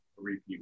repeat